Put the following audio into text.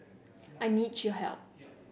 I need your help